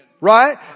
right